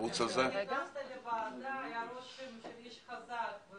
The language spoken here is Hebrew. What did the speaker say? כשנכנסת לוועדה היה רושם שאתה איש חזק.